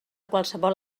qualsevol